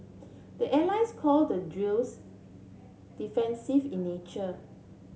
the allies call the drills defensive in nature